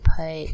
put